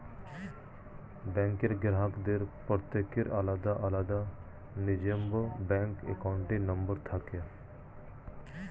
ব্যাঙ্কের গ্রাহকদের প্রত্যেকের আলাদা আলাদা নিজস্ব ব্যাঙ্ক অ্যাকাউন্ট নম্বর থাকে